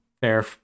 fair